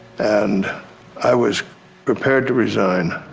and i was prepared to resign,